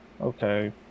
okay